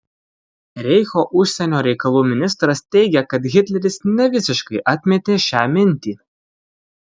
reicho užsienio reikalų ministras teigė kad hitleris nevisiškai atmetė šią mintį